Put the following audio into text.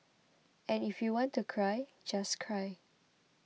and if you want to cry just cry